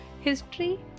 history